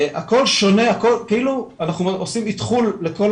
הכול שונה כאילו אנחנו עושים אתחול לכל